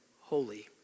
holy